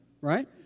Right